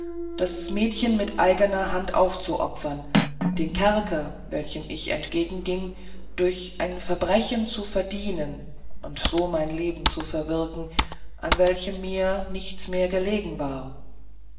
das mädchen mit eigener hand aufzuopfern den kerker welchem ich entgegenging durch ein verbrechen zu verdienen und so mein leben zu verwirken an welchem mir nichts mehr gelegen war